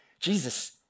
Jesus